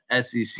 sec